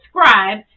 subscribe